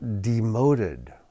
demoted